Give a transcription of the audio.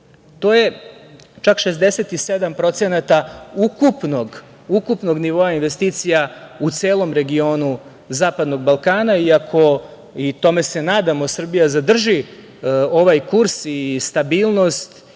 To je čak 67% ukupnog nivoa investicija u celom regionu zapadnog Balkana i ako, i tome se nadamo, Srbija zadrži ovaj kurs i stabilnost